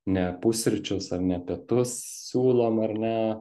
ne pusryčius ar ne pietus siūlom ar ne